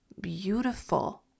beautiful